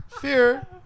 Fear